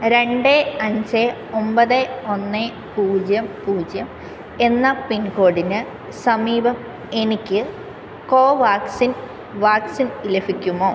രണ്ട് അഞ്ച് ഒമ്പത് ഒന്ന് പൂജ്യം പൂജ്യം എന്ന പിൻകോഡിന് സമീപം എനിക്ക് കോവാക്സിൻ വാക്സിൻ ലഭിക്കുമോ